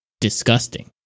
disgusting